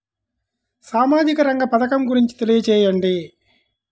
సామాజిక రంగ పథకం గురించి తెలియచేయండి?